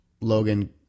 Logan